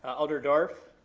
alder dorff,